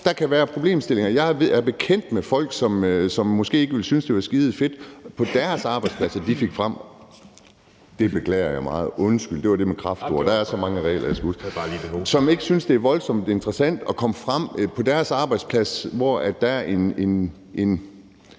Der kan være problemstillinger. Jeg er bekendt med folk, som måske ikke ville synes, det var skidefedt (Anden næstformand (Jeppe Søe) hoster) – det beklager jeg meget, undskyld, det var det med kraftord; der er så mange regler, jeg skal huske – men folk, som ikke synes, det er voldsomt interessant at komme frem på deres arbejdsplads, hvor der måske